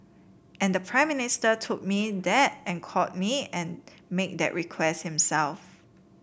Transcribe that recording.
and the Prime Minister told me that and called me and made that request himself